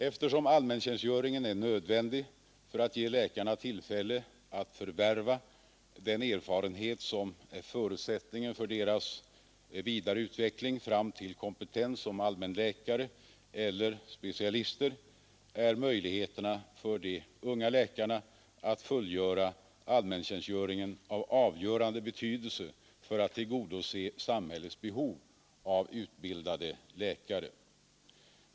Eftersom allmäntjänstgöringen är nödvändig för att ge läkarna tillfälle att förvärva den erfarenhet som är förutsättningen för deras vidare utveckling fram till kompetens som allmänläkare eller specialist, är möjligheterna för de unga läkarna att fullgöra allmäntjänstgöring av avgörande betydelse för att tillgodose samhällets behov av utbildade läkare.